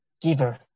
giver